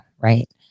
right